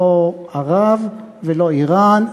לא ערב ולא איראן,